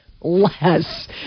less